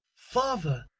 father!